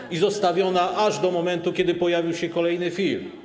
Została zostawiona aż do momentu, kiedy pojawił się kolejny film.